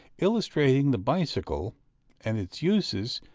illustrating the bicycle and its uses,